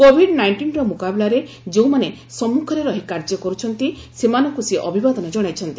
Covid ନାଇଣ୍ଟିନ୍ର ମୁକାବିଲାରେ ଯେଉଁମାନେ ସମ୍ମୁଖରେ ରହି କାର୍ଯ୍ୟ କରୁଛନ୍ତି ସେମାନଙ୍କୁ ସେ ଅଭିବାଦନ ଜଣାଇଛନ୍ତି